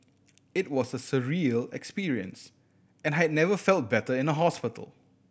it was a surreal experience and I had never felt better in a hospital